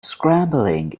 scrambling